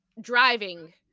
driving